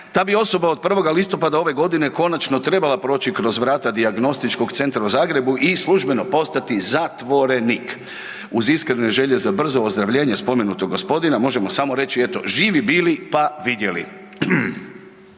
ta bi osoba od 1. listopada ove godine konačno trebala proći kroz vrata dijagnostičkog centra u Zagrebu i službeno postati zatvorenik. Uz iskrene želje za brzo ozdravljenje spomenutog gospodina, možemo samo reći eto, živi bili pa vidjeli.